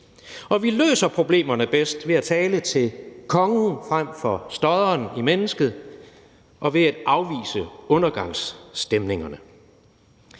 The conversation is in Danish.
Og vi løser problemerne bedst ved at tale til kongen frem for stodderen i mennesket og ved at afvise undergangsstemningerne.